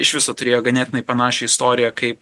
iš viso turėjo ganėtinai panašią istoriją kaip